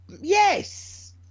yes